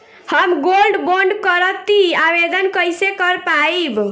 हम gold bond करतिं आवेदन कइसे कर पाइब?